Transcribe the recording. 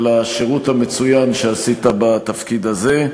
על השירות המצוין שעשית בתפקיד הזה,